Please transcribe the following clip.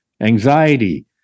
anxiety